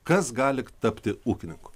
kas gali tapti ūkininku